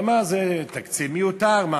הוא אמר שזה תקציב מיותר,